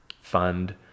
fund